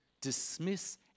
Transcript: Dismiss